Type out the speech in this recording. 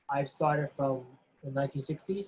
i've started from the nineteen sixty